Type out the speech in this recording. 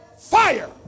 fire